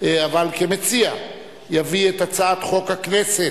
חבר הכנסת